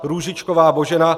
Růžičková Božena